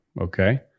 Okay